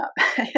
up